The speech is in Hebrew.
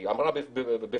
היא אמרה בפיה,